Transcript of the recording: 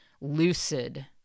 lucid